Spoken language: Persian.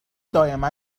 دائما